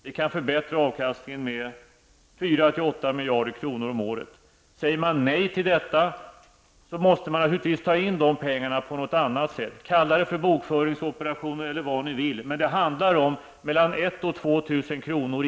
Vi kan förbättra avkastningen med 4--8 miljarder kronor om året. Säger man nej till detta, måste man naturligtvis ta in de pengarna på något annat sätt. Kalla det för bokföringsoperationer eller vad ni vill, men det handlar om mellan 1 000 och 2 000 kr.